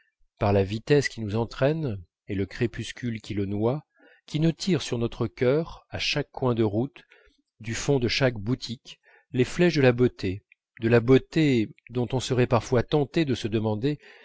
par la vitesse qui nous entraîne et le crépuscule qui le noie qui ne tire sur notre cœur à chaque coin de route du fond de chaque boutique les flèches de la beauté de la beauté dont on serait parfois tenté de se demander